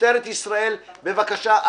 משטרת ישראל, בבקשה.